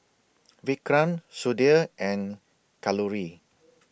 Vikram Sudhir and Kalluri